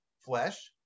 flesh